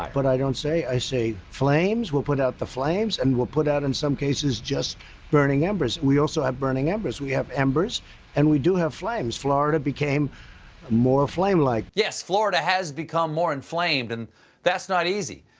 but i don't say i say flames, we'll put out the flames. and we'll put out in some cases just burning embers. we also have burning embers. we have embers and we do have flames. florida became more flame like. stephen yes. florida has become more inflamed. and that's not easy.